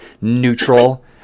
neutral